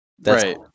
Right